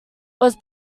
was